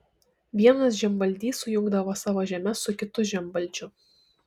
vienas žemvaldys sujungdavo savo žemes su kitu žemvaldžiu